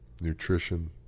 nutrition